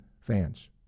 fans